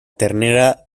ternera